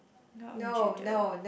what would you do